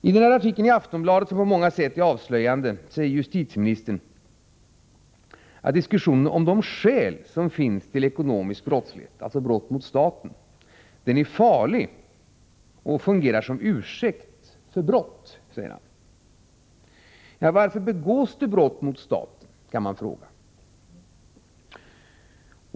I artikeln i Aftonbladet, som på många sätt är avslöjande, säger justitieministern att diskussionen om de skäl som finns för ekonomisk brottslighet, alltså brott mot staten, är farlig och fungerar som ursäkt för brott. Men varför begås det brott mot staten? kan man fråga.